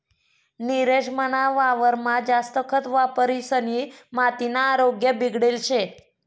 नीरज मना वावरमा जास्त खत वापरिसनी मातीना आरोग्य बिगडेल शे